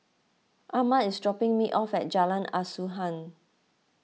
Armand is dropping me off at Jalan Asuhan